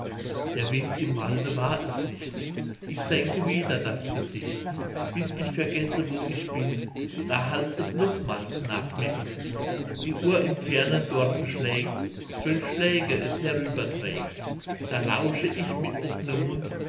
der wind im walde war es nicht ich senke wieder das gesicht bis ich vergesse wo ich bin da hallt es nochmals nach mir hin die uhr im fernen dorfe schlägt zwölf schläge es herüber trägt da lausche ich mit off'nem mund